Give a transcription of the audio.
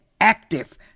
active